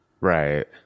Right